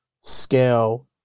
scale